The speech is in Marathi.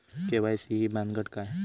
के.वाय.सी ही भानगड काय?